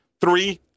Three